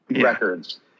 records